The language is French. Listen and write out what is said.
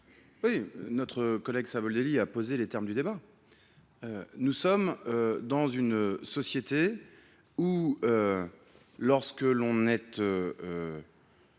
1667. Notre collègue Savoldelli a posé les termes du débat. Nous sommes dans une société où lorsque l’on est